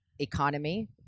Economy